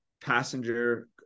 passenger